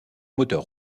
moteur